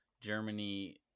Germany